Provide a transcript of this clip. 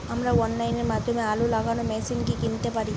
আমরা অনলাইনের মাধ্যমে আলু লাগানো মেশিন কি কিনতে পারি?